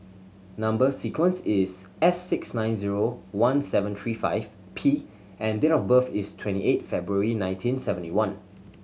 number sequence is S six nine zero one seven three five P and date of birth is twenty eight February nineteen seventy one